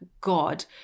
God